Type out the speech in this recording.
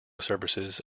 services